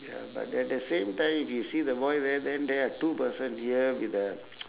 ya but at the same time you see the boy there then there are two person here with the